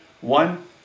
One